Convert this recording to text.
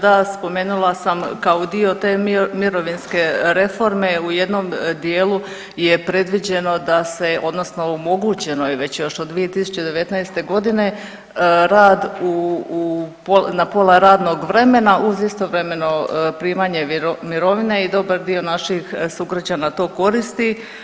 Da, spomenula sam kao dio te mirovinske reforme u jednom dijelu je predviđeno odnosno omogućeno je već još od 2019.g. rad u na pola radnog vremena uz istovremeno primanje mirovine i dobar dio naših sugrađana to koristi.